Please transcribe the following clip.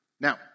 Now